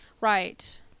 Right